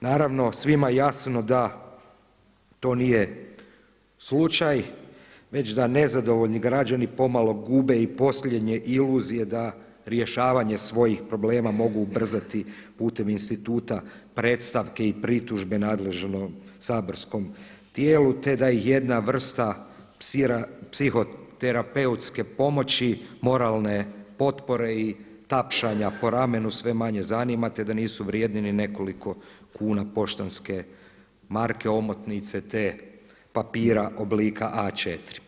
Naravno svima je jasno da to nije slučaj, već da nezadovoljni građani pomalo gube i posljednje iluzije da rješavanje svojih problema mogu ubrzati putem instituta predstavke i pritužbe nadležnog saborskom tijelu, te da ih jedna vrsta psihoterapeutske pomoći, moralne potpore i tapšanja po ramenu sve manje zanima te da nisu vrijedni ni nekoliko kuna poštanske marke, omotnice, te papira oblika A4.